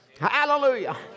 Hallelujah